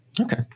Okay